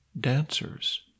dancers